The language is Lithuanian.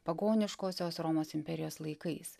pagoniškosios romos imperijos laikais